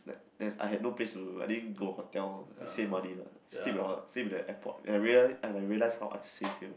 like there I had no place I didn't go hotel save money lah sleep in the ho~ sleep in the airport and I realise and I realise how unsafe here